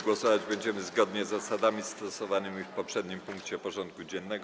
Głosować będziemy zgodnie z zasadami stosowanymi w poprzednim punkcie porządku dziennego.